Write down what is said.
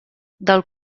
del